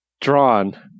Drawn